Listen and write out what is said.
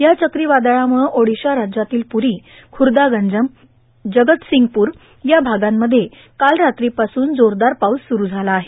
या चक्रीवादळामुळं ओडिशा राज्यातील पुरी ख्रर्दा गंजम जगतसिंगपूर या भागांमध्ये काल रात्रीपासून जोरदार पाऊस सुरू झाला आहे